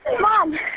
Mom